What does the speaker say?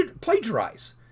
plagiarize